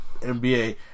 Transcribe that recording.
NBA